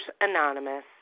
Anonymous